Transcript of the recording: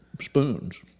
Spoons